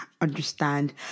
understand